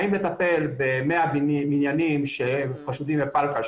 האם לטפל ב-1000 בניינים שחשודים בפלקל,